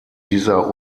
dieser